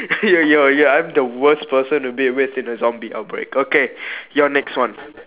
you you are the worst person to be with in a zombie outbreak okay you are next one